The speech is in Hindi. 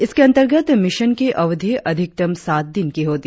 इसके अंतर्गत मिशन की अवधि अधिकतम सात दिन की होगी